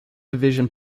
division